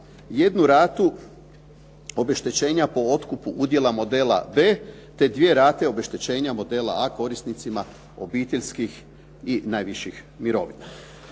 jednu ratu obeštećenja po otkupu udjela modela b, te dvije rate obeštećenja modela a korisnicima obiteljskih i najviših mirovina.